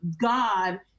God